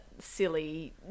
silly